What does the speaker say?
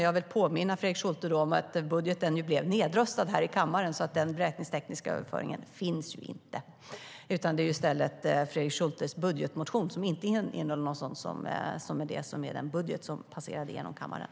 Jag vill då påminna Fredrik Schulte om att vår budget blev nedröstad här i kammaren, så att den beräkningstekniska överföringen inte gäller. I stället var det den budgetmotion Fredrik Schulte står för som passerade genom kammaren, och den innehåller inte någon sådan överföring.